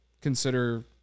consider